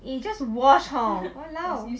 eh just wash hor !walao!